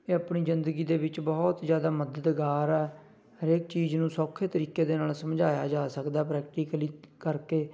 ਅਤੇ ਆਪਣੀ ਜ਼ਿੰਦਗੀ ਦੇ ਵਿੱਚ ਬਹੁਤ ਜ਼ਿਆਦਾ ਮਦਦਗਾਰ ਆ ਹਰੇਕ ਚੀਜ਼ ਨੂੰ ਸੌਖੇ ਤਰੀਕੇ ਦੇ ਨਾਲ ਸਮਝਾਇਆ ਜਾ ਸਕਦਾ ਪ੍ਰੈਕਟੀਕਲੀ ਕਰਕੇ